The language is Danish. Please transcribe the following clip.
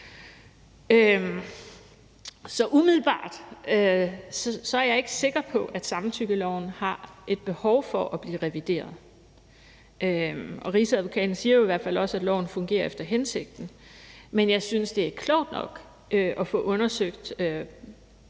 Så umiddelbart er jeg ikke sikker på, at samtykkeloven har et behov for at blive revideret. Og rigsadvokaten siger jo i hvert fald også, at loven fungerer efter hensigten. Men jeg synes, det er klogt nok at få undersøgt